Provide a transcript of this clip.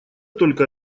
только